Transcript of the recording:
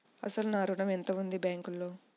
అసలు నా ఋణం ఎంతవుంది బ్యాంక్లో?